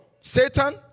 Satan